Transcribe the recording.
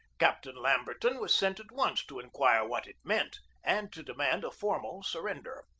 captain lamberton was sent at once to inquire what it meant, and to demand a formal surrender.